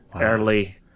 early